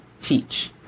teach